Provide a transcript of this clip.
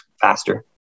faster